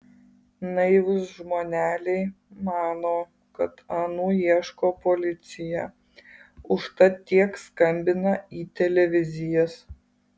naivūs žmoneliai mano kad anų ieško policija užtat tiek skambina į televizijas